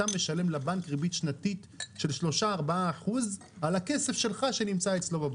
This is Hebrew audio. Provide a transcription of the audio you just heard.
אתה משלם לבנק ריבית של 3-4% על הכסף שלך שנמצא אצלו.